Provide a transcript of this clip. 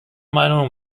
meinung